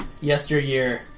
yesteryear